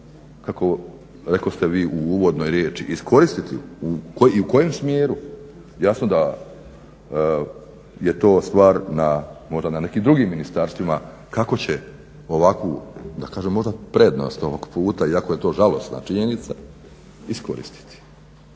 kako rekoste vi u uvodnoj riječi iskoristiti i u kojem smjeru jasno da je to stvar na možda na nekim drugim ministarstvima kako će ovakvu da kažem možda prednost ovog puta iako je to žalosna činjenica iskoristiti